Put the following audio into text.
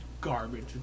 garbage